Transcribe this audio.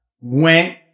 went